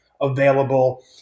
Available